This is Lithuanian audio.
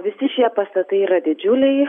visi šie pastatai yra didžiuliai